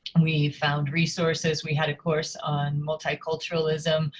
we found resources we had a course on multiculturalism.